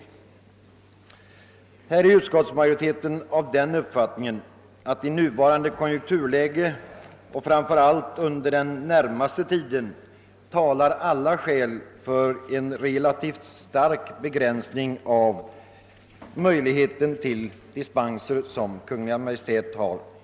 Här är utskottsmajoriteten av den uppfattningen, att i nuvarande konjunkturläge och framför allt under den närmaste tiden alla skäl talar för att Kungl. Maj:t relativt starkt begränsar dispensgivningen.